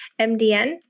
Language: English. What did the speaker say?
MDN